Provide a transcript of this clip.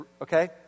okay